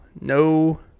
no